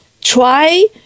try